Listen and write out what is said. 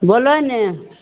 बोलऽ ने